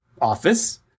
office